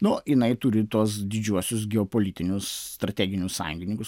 nu jinai turi tuos didžiuosius geopolitinius strateginius sąjungininkus